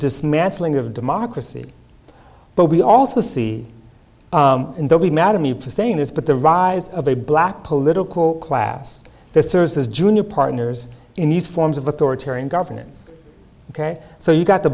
dismantling of democracy but we also see and they'll be mad at me for saying this but the rise of a black political class serves as junior partners in these forms of authoritarian governance ok so you got the